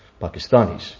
Pakistanis